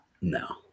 No